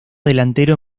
delantero